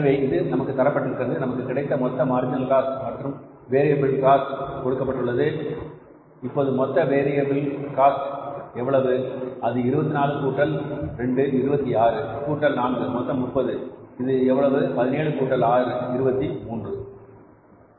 எனவே இது நமக்கு தரப்பட்டிருக்கிறது நமக்கு கிடைத்த மொத்த மார்ஜினல் காஸ்ட் மற்றும் வேறு காஸ்ட் கொடுக்கப்பட்டுள்ளது இப்போது மொத்த வேறு வில் காஸ்ட் எவ்வளவு அது 24 கூட்டல் 2 26 கூட்டல் 4 மொத்தம் 30 இது எவ்வளவு 17 கூட்டல் ஆறு 23 ரூபாய்